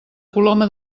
coloma